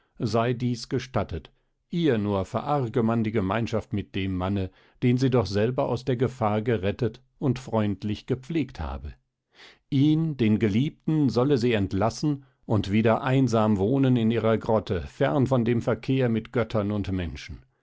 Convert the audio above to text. sei dies gestattet ihr nur verarge man die gemeinschaft mit dem manne den sie doch selber aus der gefahr gerettet und freundlich gepflegt habe ihn den geliebten solle sie entlassen und wieder einsam wohnen in ihrer grotte fern von dem verkehr mit göttern und menschen